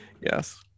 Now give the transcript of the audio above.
Yes